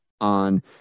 on